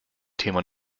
thema